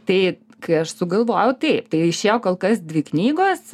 tai kai aš sugalvojau taip tai išėjo kol kas dvi knygos